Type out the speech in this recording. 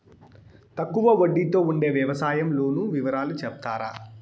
తక్కువ వడ్డీ తో ఉండే వ్యవసాయం లోను వివరాలు సెప్తారా?